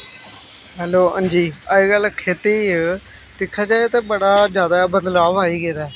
hello हाजी अज कल खोत्ती दिक्खेआ जाए ते बड़ा जादा बदलाव आई गेदा ऐ